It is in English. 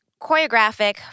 choreographic